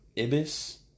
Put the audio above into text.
Ibis